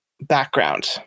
background